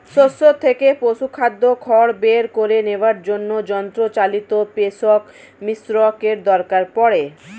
শস্য থেকে পশুখাদ্য খড় বের করে নেওয়ার জন্য যন্ত্রচালিত পেষক মিশ্রকের দরকার পড়ে